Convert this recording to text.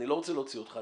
אני לא רוצה להוציא אותך,